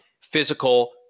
Physical